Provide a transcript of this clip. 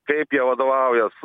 kaip jie vadovaujas